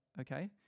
okay